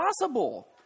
possible